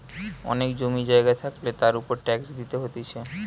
অনেক জমি জায়গা থাকলে তার উপর ট্যাক্স দিতে হতিছে